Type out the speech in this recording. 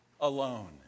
alone